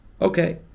Okay